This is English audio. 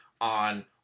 on